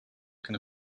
can